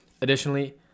additionally